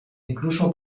incluso